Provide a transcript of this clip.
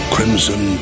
Crimson